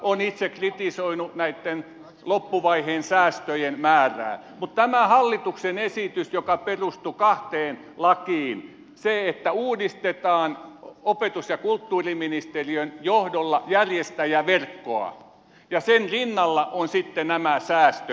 olen itse kritisoinut näitten loppuvaiheen säästöjen määrää mutta tämä hallituksen esitys perustui kahteen lakiin siihen että uudistetaan opetus ja kulttuuriministeriön johdolla järjestäjäverkkoa ja sen rinnalla ovat sitten nämä säästöt